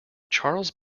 charles